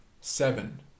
seven